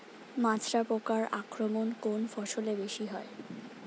মাজরা পোকার আক্রমণ কোন ফসলে বেশি হয়?